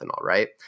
right